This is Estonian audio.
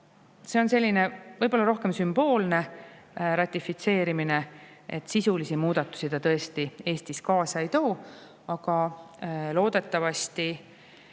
See on selline võib-olla rohkem sümboolne ratifitseerimine. Sisulisi muudatusi ta tõesti Eestis kaasa ei too, aga loodetavasti